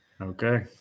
okay